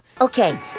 okay